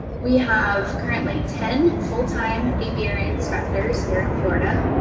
we have currently ten full time apiary inspectors here in florida.